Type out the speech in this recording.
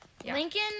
Lincoln